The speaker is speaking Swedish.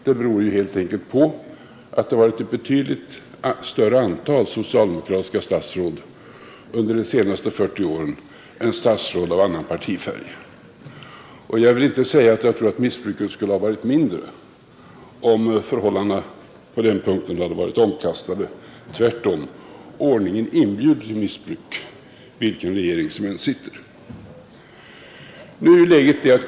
Det beror ju helt enkelt på att det varit ett betydligt större antal socialdemokratiska statsråd under de senaste 40 åren än statsråd av annan partifärg. Jag vill inte heller säga att jag tror att missbruket skulle ha varit mindre, om förhållandena på denna punkt hade varit omkastade. Tvärtom: ordningen inbjuder till missbruk vilken regering vi än har.